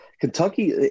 Kentucky –